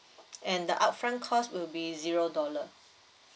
and the upfront cost will be zero dollar